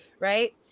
right